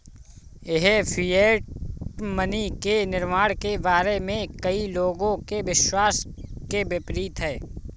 यह fiat money के निर्माण के बारे में कई लोगों के विश्वास के विपरीत है